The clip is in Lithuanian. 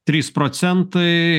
trys procentai